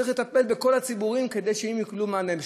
צריך לטפל בכל הציבורים כדי לתת מענה.